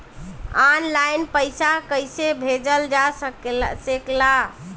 आन line पईसा कईसे भेजल जा सेकला?